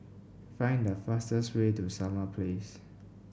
find the fastest way to Summer Place